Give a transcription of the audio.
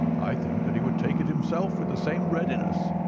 i think that he would take it himself with the same readiness.